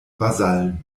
vasallen